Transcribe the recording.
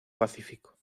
pacífico